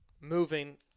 moving